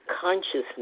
consciousness